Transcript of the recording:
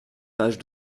page